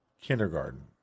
kindergarten